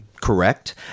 correct